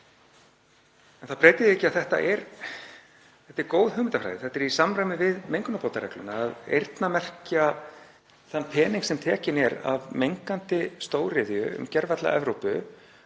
En það breytir því ekki að þetta er góð hugmyndafræði. Það er í samræmi við mengunarbótaregluna að eyrnamerkja þann pening sem tekinn er af mengandi stóriðju um gervalla Evrópu